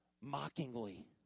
Mockingly